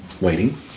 waiting